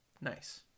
Nice